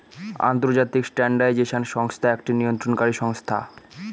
আন্তর্জাতিক স্ট্যান্ডার্ডাইজেশন সংস্থা একটি নিয়ন্ত্রণকারী সংস্থা